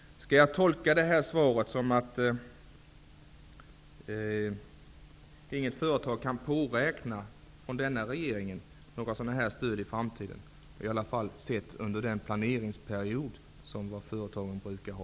Skall jag tolka detta svar så, att inget företag kan påräkna sådana här stöd i framtiden från denna regering? Detta sett utifrån den planeringsperiod om fem år som företagen brukar ha.